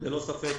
ללא ספק,